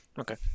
Okay